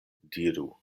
diru